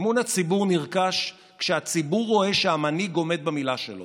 אמון הציבור נרכש כשהציבור רואה שהמנהיג עומד במילה שלו.